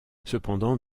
cependant